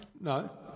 No